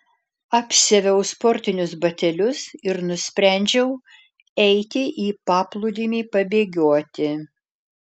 apsiaviau sportinius batelius ir nusprendžiau eiti į paplūdimį pabėgioti